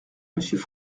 monsieur